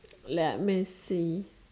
let me see